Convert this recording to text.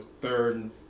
third